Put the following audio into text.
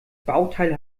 bauteil